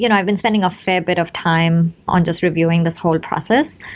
you know i've been spending a fair bit of time on just reviewing this whole process.